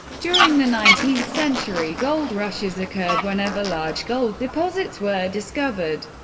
during the nineteenth century, gold rushes occurred whenever large gold deposits were discovered.